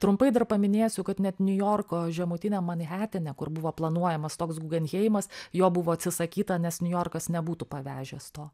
trumpai dar paminėsiu kad net niujorko žemutiniam manhetene kur buvo planuojamas toks gugenheimas jo buvo atsisakyta nes niujorkas nebūtų pavežęs to